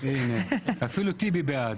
הנה, אפילו טיבי בעד.